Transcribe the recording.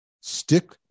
stick